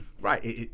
Right